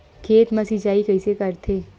खेत मा सिंचाई कइसे करथे?